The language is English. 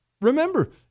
remember